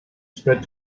spread